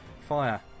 fire